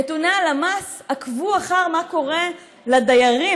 נתוני הלמ"ס עקבו אחרי מה שקורה לדיירים,